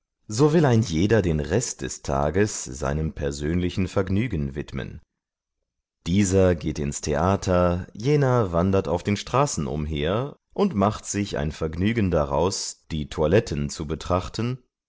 so will ein jeder den rest des tages seinem persönlichen vergnügen widmen dieser geht ins theater jener wandert auf den straßen umher und macht sich ein vergnügen daraus die toiletten zu betrachten